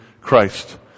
Christ